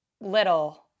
little